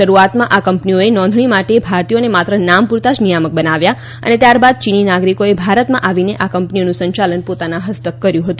શરૂઆતમાં આ કંપનીઓએ નોંધણી માટે ભારતીયોને માત્ર નામ પૂરતા જ નિયામક બનાવ્યા અને ત્યારબાદ ચીની નાગરિકોએ ભારતમાં આવીને આ કંપનીઓનું સંચાલન પોતાના હસ્તક કર્યું હતું